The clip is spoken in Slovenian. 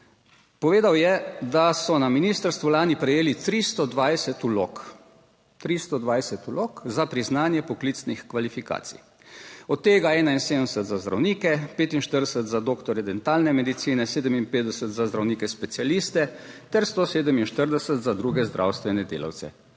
povedal je, da so na ministrstvu lani prejeli 320 vlog, 320 vlog za priznanje poklicnih kvalifikacij, od tega 71 za zdravnike, 45 za doktorje dentalne medicine, 57 za zdravnike specialiste ter 147 za druge zdravstvene delavce